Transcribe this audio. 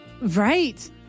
right